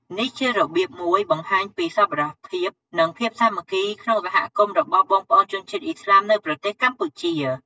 នេះជារបៀបមួយបង្ហាញពី សប្បុរសភាព និងភាពសាមគ្គីក្នុងសហគមន៍របស់បងប្អូនជនជាតិឥស្លាមនៅប្រទេសកម្ពុជា។